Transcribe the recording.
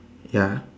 ya